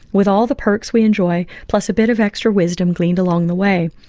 with all the perks we enjoy plus a bit of extra wisdom gleaned along the way.